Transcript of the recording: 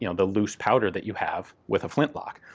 you know the loose powder that you have with a flintlock.